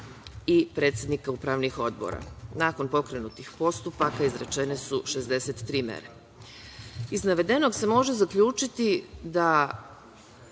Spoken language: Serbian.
i predsednika upravnih odbora. Nakon pokrenutih postupaka izrečene su 63 mere. Iz navedenog se može zaključiti da